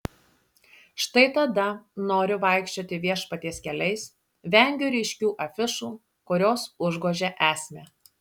štai tada noriu vaikščioti viešpaties keliais vengiu ryškių afišų kurios užgožia esmę